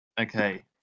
Okay